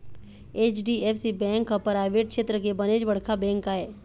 HDFC bank ह private छेत्र के बनेच बड़का बेंक आय